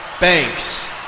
Banks